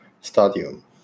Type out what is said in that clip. Stadium